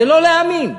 לא להאמין.